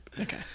okay